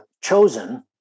chosen